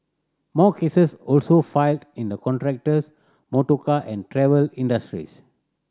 more cases also filed in the contractors motorcar and travel industries